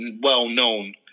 well-known